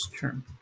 term